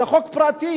זה חוק פרטי.